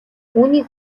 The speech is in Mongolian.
үүнийг